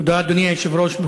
תודה, אדוני היושב-ראש.